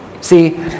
See